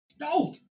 No